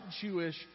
Jewish